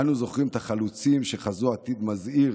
אנו זוכרים את החלוצים שחזו עתיד מזהיר